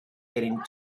heading